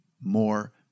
more